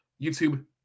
YouTube